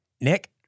Nick